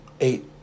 Eight